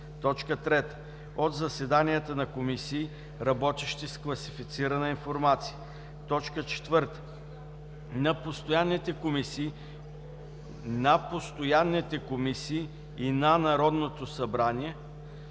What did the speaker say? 3. от заседанията на комисии, работещи с класифицирана информация; 4. на постоянните комисии на Народното събрание